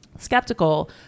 skeptical